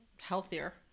healthier